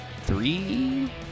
three